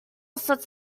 sorts